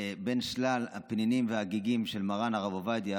בין שלל הפנינים וההגיגים של מרן הרב עובדיה,